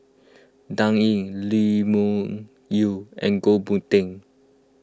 Dan Ying Lee Wung Yew and Goh Boon Teck